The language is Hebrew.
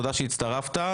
תודה שהצטרפת.